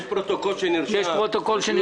יש פרוטוקול שנרשם.